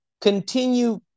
continue